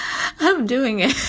i'm doing it.